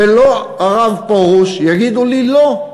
ולא הרב פרוש יגידו לי לא.